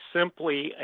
simply